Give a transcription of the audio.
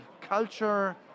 culture